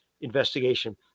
investigation